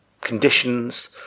conditions